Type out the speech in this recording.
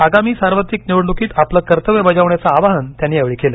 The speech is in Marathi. आगामी सार्वत्रिक निवडणुकीत आपलं कर्तव्य बजावण्याचं आवाहन त्यानं यावेळी केलं